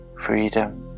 freedom